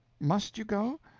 must you go?